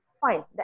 Fine